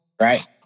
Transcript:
Right